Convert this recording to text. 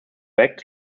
back